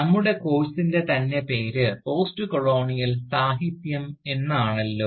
നമ്മുടെ കോഴ്സ്സിൻറെ തന്നെ പേര് പോസ്റ്റ്കൊളോണിയൽ സാഹിത്യം എന്നാണല്ലോ